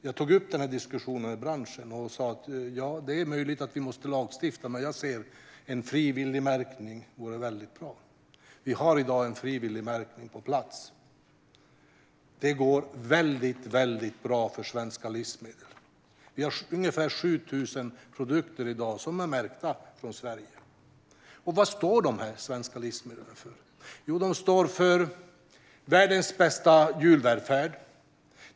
Jag tog upp denna diskussion med branschen och sa att det är möjligt att vi måste lagstifta men att jag tyckte att en frivillig märkning vore mycket bra. Vi har i dag en frivillig märkning på plats. Det går mycket bra för svenska livsmedel. Vi har ungefär 7 000 produkter i dag som är märkta med Från Sverige. Vad står dessa svenska livsmedel för? Jo, de står för världens bästa djurvälfärd.